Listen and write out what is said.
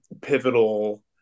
pivotal